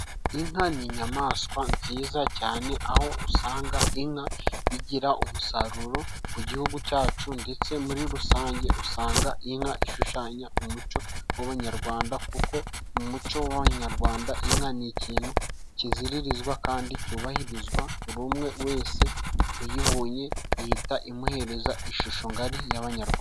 Inka ni inyamaswa nziza cyane, aho usanga inka igira umusaruro ku gihugu cyacu ndetse muri rusange usanga inka ishushanya umuco w'abanyarwanda kuko mu muco w'abanyarwanda inka ni ikintu kiziririzwa kandi cyubahirizwa buri umwe wese uyibonye ihita imuhereza ishusho ngari y'abanyarwa...